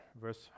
verse